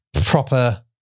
proper